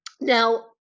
Now